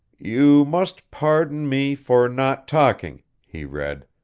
you must pardon me for not talking, he read.